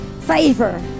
Favor